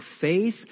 faith